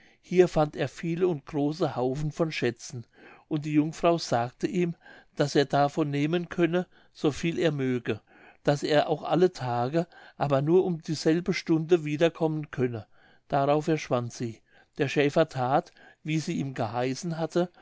hier fand er viele und große haufen von schätzen und die jungfrau sagte ihm daß er davon nehmen könne so viel er möge daß er auch alle tage aber nur um dieselbe stunde wiederkommen könne darauf verschwand sie der schäfer that wie sie ihm geheißen hatte